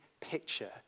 picture